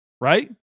right